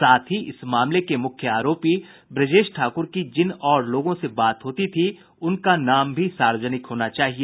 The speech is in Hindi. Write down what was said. साथ ही इस मामले के मुख्य आरोपी ब्रजेश ठाकुर की जिन और लोगों से बात होती थी उनका नाम भी सार्वजनिक होना चाहिए